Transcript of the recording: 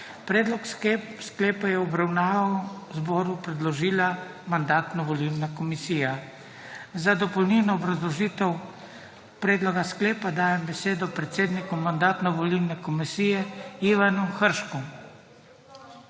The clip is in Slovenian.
Predlog sklepa je v obravnavo zboru predložila Mandatno-volilna komisija. Za dopolnilno obrazložitev predloga sklepa dajem besedo predsedniku Mandatno-volilne komisije Ivanu Hršku.